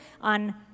on